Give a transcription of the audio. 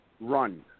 run